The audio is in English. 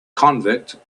convict